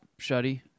Shuddy